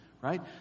Right